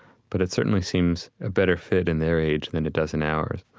but it certainly seems a better fit in their age than it does in ours.